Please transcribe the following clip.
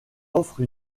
offre